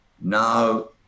now